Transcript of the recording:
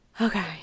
Okay